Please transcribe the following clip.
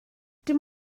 dim